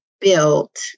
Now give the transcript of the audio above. built